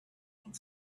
und